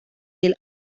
del